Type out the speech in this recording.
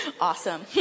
Awesome